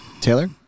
Taylor